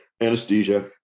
anesthesia